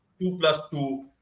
two-plus-two